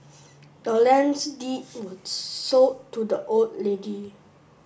the land's deed was sold to the old lady